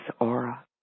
aura